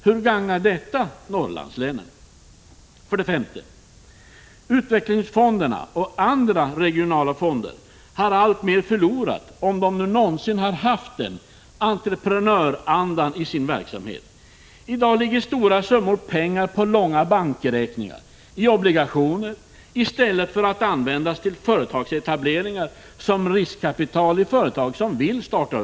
Hur gagnar detta Norrlandslänen? 5. Utvecklingsfonderna och andra regionala fonder har alltmer förlorat entreprenörandan i sin verksamhet — om de nu någonsin haft den. I dag ligger stora summor pengar på långa bankräkningar och i obligationer, i stället för att användas till företagsetableringar, som riskkapital i företag som vill starta.